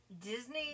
Disney